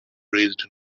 raised